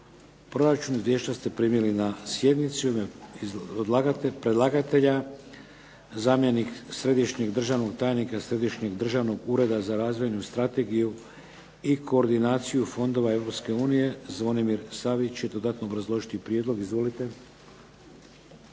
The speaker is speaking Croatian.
proračun. Izvješća ste primili na sjednici. U ime predlagatelja zamjenik središnjeg državnog tajnika Središnjeg državnog ureda za razvojnu strategiju i koordinaciju fondova Europske unije Zvonimir Savić će dodatno obrazložiti prijedlog. Izvolite.